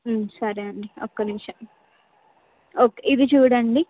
సరే అండి ఒక్క నిమిషం ఓకే ఇది చూడండి